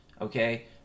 okay